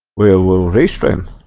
will will restrict